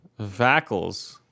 Vackles